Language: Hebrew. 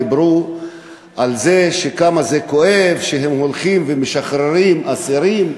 דיברו על זה שכמה זה כואב שהם הולכים ומשחררים אסירים פלסטינים.